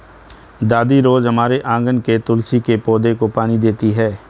दादी रोज हमारे आँगन के तुलसी के पौधे को पानी देती हैं